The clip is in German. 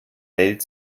welt